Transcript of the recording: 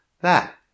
That